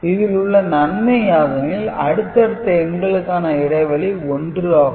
இதில் உள்ள நன்மை யாதெனில் அடுத்தடுத்த எண்களுக்கான இடைவெளி 1 ஆகும்